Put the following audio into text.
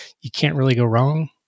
you-can't-really-go-wrong